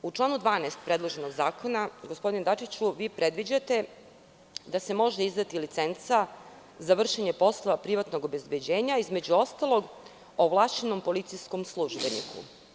U članu 12. predloženog zakona, gospodine Dačiću, vi predviđate da se može izdati licenca za vršenje posla privatnog obezbeđenja, između ostalog, ovlašćenom policijskom službeniku.